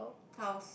house